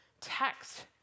text